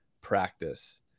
practice